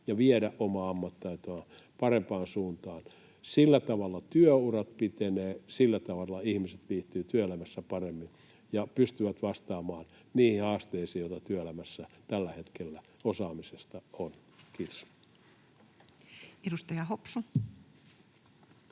ja viedä omaa ammattitaitoaan parempaan suuntaan. Sillä tavalla työurat pitenevät, sillä tavalla ihmiset viihtyvät työelämässä paremmin ja pystyvät vastaamaan niihin haasteisiin, joita työelämässä tällä hetkellä osaamisessa on. — Kiitos. [Speech 163]